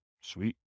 Sweet